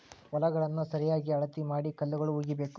ಹೊಲಗಳನ್ನಾ ಸರಿಯಾಗಿ ಅಳತಿ ಮಾಡಿ ಕಲ್ಲುಗಳು ಹುಗಿಬೇಕು